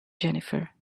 jennifer